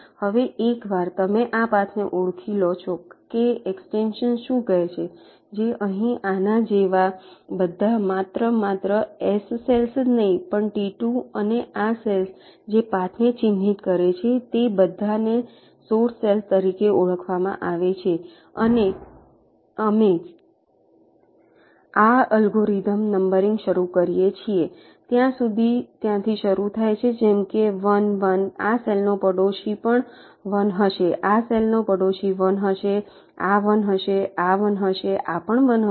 હવે એકવાર તમે આ પાથને ઓળખી લો કે આ એક્સ્ટેંશન શું કહે છે જે અહીં આના જેવા બધા માત્ર માત્ર S સેલ્સ જ નહિ પણ T2 અને આ સેલ્સ જે પાથ ને ચિહ્નિત કરે તે બધાને સોર્સ સેલ તરીકે ઓળખવામાં આવે છે અને અમે આ અલ્ગોરિધમ્સ નંબરિંગ શરૂ કરીએ છીએ ત્યાંથી શરૂ થાય છે જેમ કે 1 1 આ સેલનો પાડોશી પણ 1 હશે આ સેલનો પાડોશી 1 હશે આ 1 હશે આ 1 હશે આ પણ 1 હશે